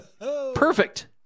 Perfect